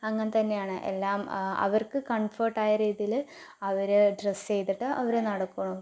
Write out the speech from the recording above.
അങ്ങന തന്നെയാണ് എല്ലാം അവർക്ക് കൺഫർട്ടായ രീതിയില് അവര് ഡ്രസ്സ് ചെയ്തിട്ട് അവര് നടക്കണു